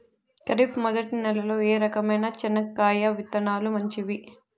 ఖరీఫ్ మొదటి నెల లో ఏ రకమైన చెనక్కాయ విత్తనాలు మంచివి